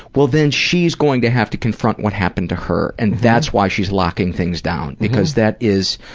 well, then she is going to have to confront what happened to her and that's why she is locking things down, because that is